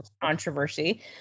controversy